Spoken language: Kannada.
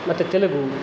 ಮತ್ತು ತೆಲುಗು